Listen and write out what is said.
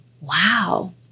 wow